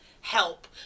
help